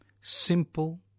Simple